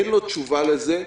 אין לו תשובה לזה.